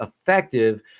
effective